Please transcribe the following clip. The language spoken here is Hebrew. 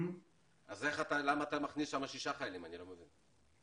אז למה אתה מכניס שם 6 חיילים, אני לא מבין.